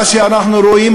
מה שאנחנו רואים,